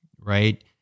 right